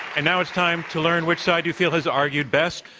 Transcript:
and now it's time to learn which side you feel has argued best.